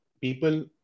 people